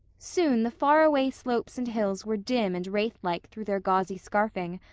soon the far-away slopes and hills were dim and wraith-like through their gauzy scarfing,